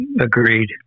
Agreed